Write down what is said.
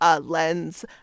lens